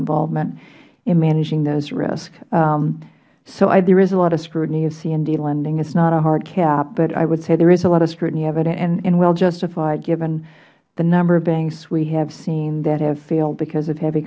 involvement in managing those risks there is a lot of scrutiny in c and d lending it is not a hard cap but i would say there is a lot of scrutiny of it and well justified given the number of banks we have seen that have failed because of heavy